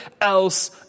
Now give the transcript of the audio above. else